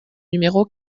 numéro